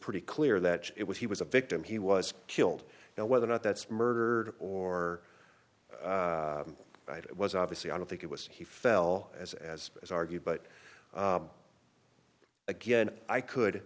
pretty clear that it was he was a victim he was killed you know whether or not that's murder or it was obviously i don't think it was he fell as as as argue but again i could